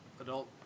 adult